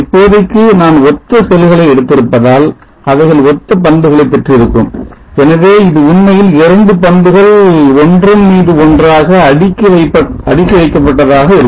இப்போதைக்கு நான் ஒத்த செல்களை எடுத்திருப்பதால் அவைகள் ஒத்த பண்புகளை பெற்றிருக்கும் எனவே இது உண்மையில் இரண்டு பண்புகள் ஒன்றன் மீது ஒன்றாக அடுக்கி வைக்கப்பட்டதாக இருக்கும்